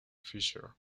fisher